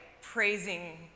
praising